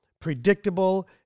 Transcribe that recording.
predictable